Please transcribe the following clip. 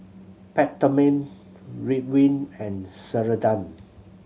Peptamen Ridwind and Ceradan